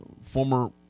former